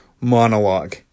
monologue